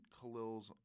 Khalil's